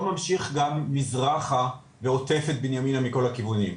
ממשיך גם מזרחה ועוטף את בנימינה מכל הכיוונים.